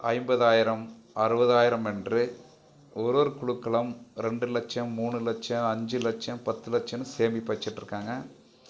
ஐம்பதாயிரம் அறுபதாயிரம் என்று ஒரு ஒரு குழுக்களும் ரெண்டு லட்சம் மூணு லட்சம் அஞ்சு லட்சம் பத்து லட்சம்னு சேமிப்பு வைச்சிட்டு இருக்காங்க